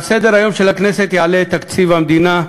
כשעל סדר-היום של הכנסת יעלה תקציב המדינה,